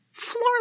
floor